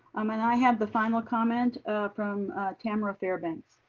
um and i have the final comment from tamara fairbanks.